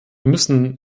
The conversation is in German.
müssen